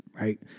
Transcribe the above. right